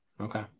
Okay